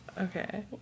Okay